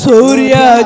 Surya